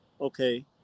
okay